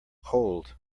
cold